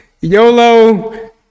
YOLO